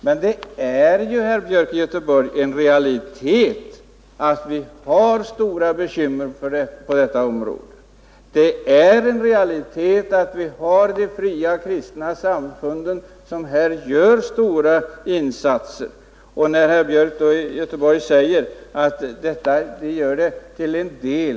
Men det är ju, herr Björk, en realitet att vi har stora bekymmer på detta område. Det är en realitet att de fria kristna samfunden här gör stora insatser, och herr Björk medger att de gör det till en del.